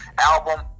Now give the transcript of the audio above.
album